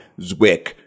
Zwick